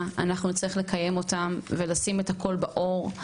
אנחנו נצטרך לקיים אותם ולשים את הכל באור.